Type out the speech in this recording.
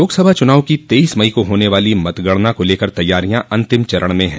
लोकसभा चुनाव की तेइस मई को होने वाली मतगणना को लेकर तैयारियॉ अंतिम चरण में हैं